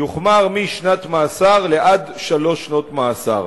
יוחמר משנת מאסר לעד שלוש שנות מאסר.